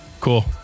Cool